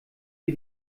wir